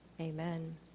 Amen